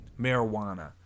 marijuana